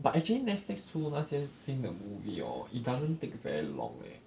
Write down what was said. but actually Netflix 出的那些新的 movie hor it doesn't take very long leh